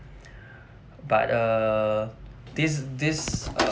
but err this this err